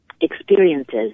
experiences